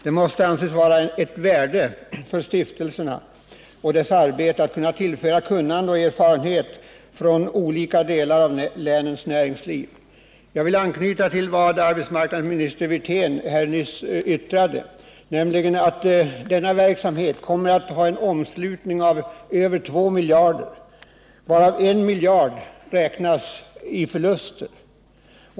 Det måste anses vara av värde för stiftelserna och deras arbete att kunna tillföra kunnande och erfarenhet från representanter för olika delar av länens näringsliv. Jag vill anknyta till vad arbetsmarknadsminister Wirtén nyss anförde, nämligen att denna verksamhet kommer att ha en omslutning av över 2 miljarder, varav 1 miljard räknas i förluster.